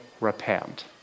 repent